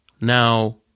Now